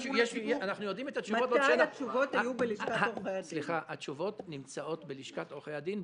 אנחנו יודעים את התשובות --- מתי התשובות היו בלשכת עורכי הדין?